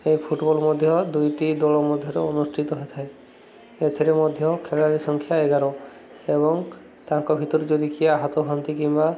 ଏହି ଫୁଟ୍ବଲ୍ ମଧ୍ୟ ଦୁଇଟି ଦଳ ମଧ୍ୟରେ ଅନୁଷ୍ଠିତ ହୋଇଇଥାଏ ଏଥିରେ ମଧ୍ୟ ଖେଳାଳି ସଂଖ୍ୟା ଏଗାର ଏବଂ ତାଙ୍କ ଭିତରୁ ଯଦି କିଏ ହାତ ହାନ୍ତି କିମ୍ବା